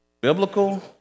Biblical